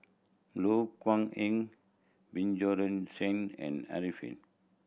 Loh Kok Heng Bjorn Shen and Arifin